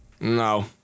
No